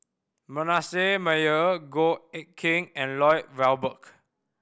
Manasseh Meyer Goh Eck Kheng and Lloyd Valberg